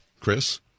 Chris